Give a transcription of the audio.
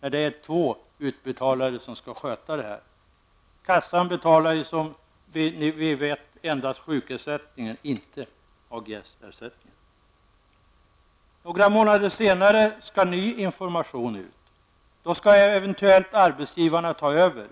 när det är två utbetalare som skall sköta detta? Kassan betalar ju, som vi vet, endast ut sjukersättningen, inte Några månader senare skall ny information ut. Då skall eventuellt arbetsgivarna ta över.